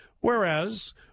Whereas